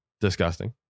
Disgusting